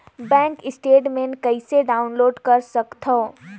Bank statement कइसे download कर सकथव?